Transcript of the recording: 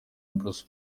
bruce